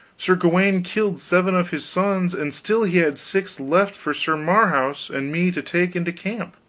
sir gawaine killed seven of his sons, and still he had six left for sir marhaus and me to take into camp.